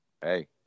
Hey